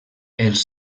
els